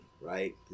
Right